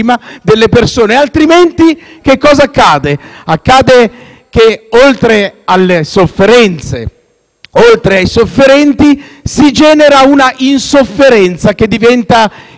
altrimenti accade che, oltre alle oltre alle sofferenze e ai sofferenti, si genera una insofferenza che diventa insofferenza